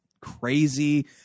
crazy